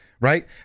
right